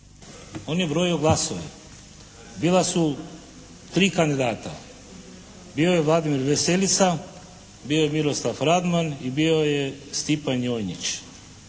on je brojio glasove. Bila su tri kandidata. Bio je Vladimir Veselica, bio je Miroslav Radman i bio je Stipan Njonjić.